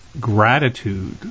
gratitude